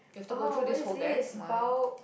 orh what is this bow